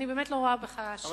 אני באמת לא רואה בך אשם,